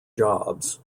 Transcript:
jobs